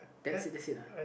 that's it that's it lah